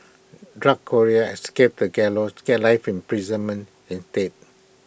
drug courier escapes the gallows gets life in instead